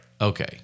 Okay